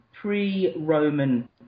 pre-roman